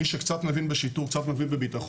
מי שקצת מבין בשיטור ובביטחון,